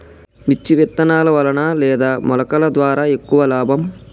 మిర్చి విత్తనాల వలన లేదా మొలకల ద్వారా ఎక్కువ లాభం?